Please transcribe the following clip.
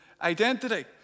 identity